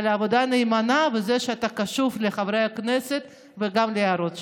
על העבודה הנאמנה ועל זה שאתה קשוב לחברי הכנסת וגם להערות שלנו,